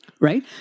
right